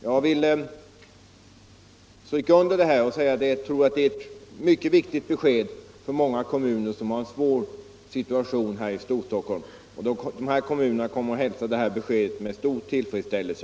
Jag noterar och understryker detta. Jag tror att det var ett mycket viktigt besked, som många kommuner i svåra situationer här i Storstockholm kommer att hälsa med stor tillfredsställelse.